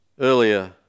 earlier